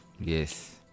Yes